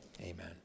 amen